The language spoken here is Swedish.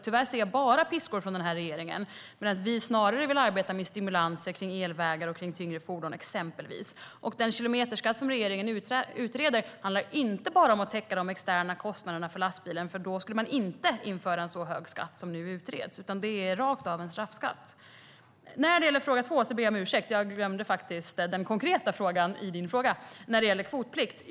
Tyvärr ser jag bara piskor från den här regeringen, medan vi snarare vill arbeta med stimulanser för exempelvis elvägar och tyngre fordon. Den kilometerskatt som regeringen utreder handlar inte bara om att täcka de externa kostnaderna för lastbilar, för då skulle man inte införa en så hög skatt som nu utreds. Det handlar rakt av om en straffskatt. När det gäller fråga två ber jag om ursäkt. Jag glömde faktiskt den konkreta frågan om kvotplikt.